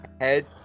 head